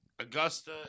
Augusta